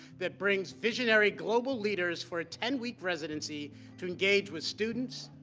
that brings visionary global leaders for ten week residency to engage with students,